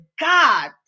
God